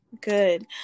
Good